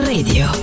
Radio